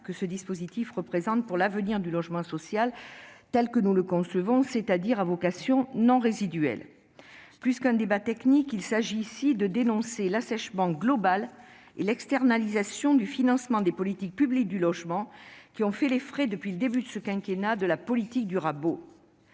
que ce dispositif représente pour l'avenir du logement social tel que nous le concevons, c'est-à-dire à vocation non résiduelle. Plus qu'un débat technique, il s'agit ici de dénoncer l'assèchement global et l'externalisation du financement des politiques publiques du logement, qui ont fait les frais depuis le début de ce quinquennat de la politique du rabot.